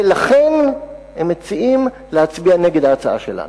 ולכן הם מציעים להצביע נגד ההצעה שלנו.